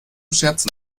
scherzen